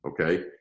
okay